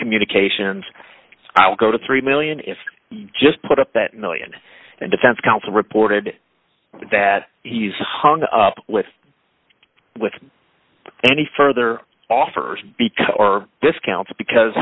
communications i would go to three million if you just put up that one million and defense counsel reported that he's hung up with with any further offers because or discounts because